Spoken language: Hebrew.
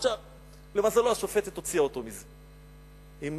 למזלו, השופטת הוציאה אותו מזה, עם